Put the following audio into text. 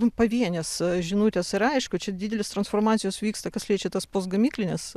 nu pavienės žinutės yra aišku čia didelės transformacijos vyksta kas liečia tas post gamyklines